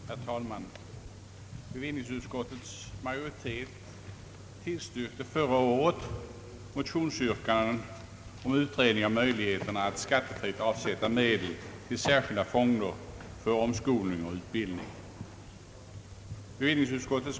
Herr talman! Bevillningsutskottets majoritet tillstyrkte förra året motionsyrkanden om utredning av möjligheterna att skattefritt avsätta medel till sär skilda fonder för omskolning och utbildning.